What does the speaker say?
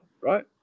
right